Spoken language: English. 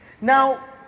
Now